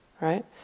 right